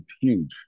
huge